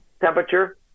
temperature